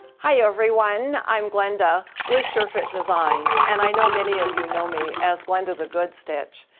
hi everyone i'm glenda with sure-fit designs and i know many of you know me as glenda the good stitch.